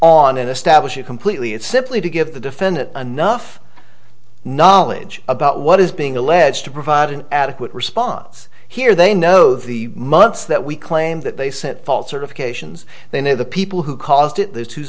on an establish it completely it's simply to give the defendant enough knowledge about what is being alleged to provide an adequate response here they know the months that we claim that they sent fault certifications they know the people who caused it t